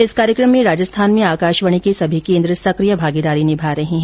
इस कार्यक्रम में राजस्थान में आकाशवाणी के सभी केन्द्र सक्रिय भागीदारी निभा रहे है